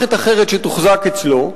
למערכת אחרת שתוחזק אצלו,